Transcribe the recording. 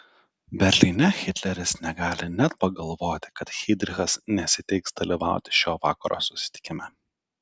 berlyne hitleris negali net pagalvoti kad heidrichas nesiteiks dalyvauti šio vakaro susitikime